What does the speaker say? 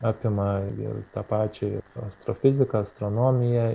apima ir tą pačią ir astrofiziką astronomiją